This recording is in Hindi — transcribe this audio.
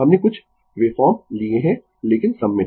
हमने कुछ वेव फॉर्म लिए है लेकिन सममित